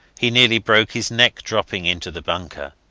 he nearly broke his neck dropping into the bunker.